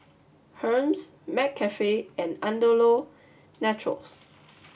Hermes McCafe and Andalou Naturals